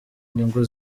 inyungu